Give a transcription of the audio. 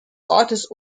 ortes